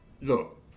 Look